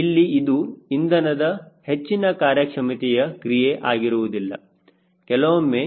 ಇಲ್ಲಿ ಇದು ಇಂಧನದ ಹೆಚ್ಚಿನ ಕಾರ್ಯಕ್ಷಮತೆಯ ಕ್ರಿಯೆ ಆಗಿರುವುದಿಲ್ಲ ಕೆಲವೊಮ್ಮೆ